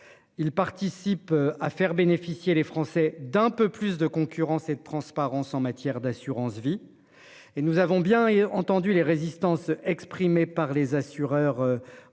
Il participe à faire bénéficier les Français d'un peu plus de concurrence et de transparence en matière d'assurance vie. Et nous avons bien entendu les résistances exprimées par les assureurs, en